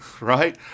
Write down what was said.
right